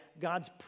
God's